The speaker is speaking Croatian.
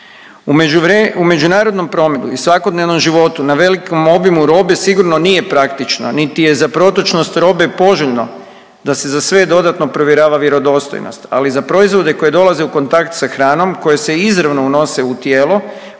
U međunarodnom prometu i svakodnevnom životu na velikom obimu robe sigurno nije praktično niti je za protočnost robe poželjno da se za sve dodatno provjerava vjerodostojnost, ali za proizvode koji dolaze u kontakt sa hranom koji se izravno unose u tijelo